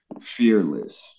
fearless